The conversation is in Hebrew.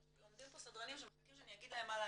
עומדים פה סדרנים שמחכים שאני אגיד להם מה לעשות,